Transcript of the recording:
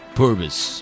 purpose